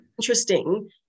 interesting